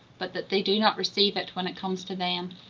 but that they do not receive it when it comes to them.